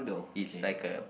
it's like a